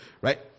right